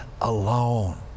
alone